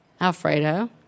Alfredo